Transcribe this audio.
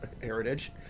heritage